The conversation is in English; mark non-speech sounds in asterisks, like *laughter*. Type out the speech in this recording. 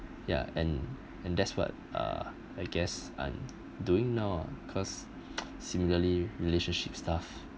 yeah and and that's what uh I guess I'm doing now ah cause *noise* similarly relationship stuff